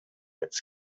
its